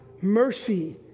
mercy